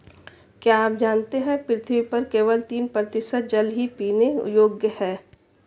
क्या आप जानते है पृथ्वी पर केवल तीन प्रतिशत जल ही पीने योग्य है?